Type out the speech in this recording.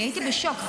הייתי בשוק.